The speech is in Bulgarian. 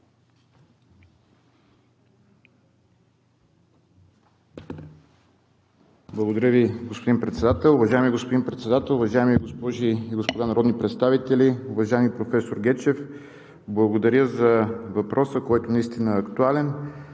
Благодаря Ви, господин Председател. Уважаеми господин Председател, уважаеми госпожи и господа народни представители! Уважаеми професор Гечев, благодаря за въпроса, който наистина е актуален.